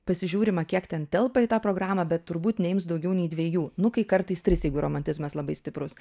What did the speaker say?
pasižiūrima kiek ten telpa į tą programą bet turbūt neims daugiau nei dviejų nu kai kartais tris jeigu romantizmas labai stiprus